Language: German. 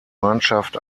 mannschaft